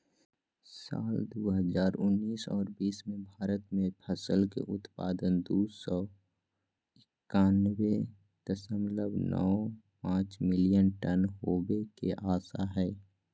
साल दू हजार उन्नीस आर बीस मे भारत मे फसल के उत्पादन दू सौ एकयानबे दशमलव नौ पांच मिलियन टन होवे के आशा हय